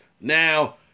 Now